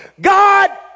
god